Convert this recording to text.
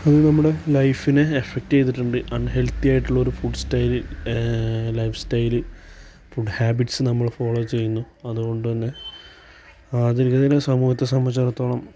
അത് നമ്മുടെ ലൈഫിനെ എഫ്ഫക്റ്റ് ചെയ്തിട്ടുണ്ട് അൺ ഹെൽത്തിയായിട്ടുള്ള ഒര് food style life style food habits follow ഫോളോ ചെയ്യുന്നു അതുകൊണ്ട് തന്നെ ആധുനികതയിലെ സമൂഹത്തെ സംബന്ധിച്ചിടത്തോളം